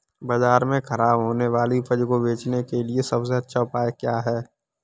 बाजार में खराब होने वाली उपज को बेचने के लिए सबसे अच्छा उपाय क्या है?